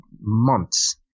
months